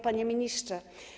Panie Ministrze!